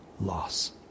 loss